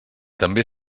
també